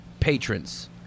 Patrons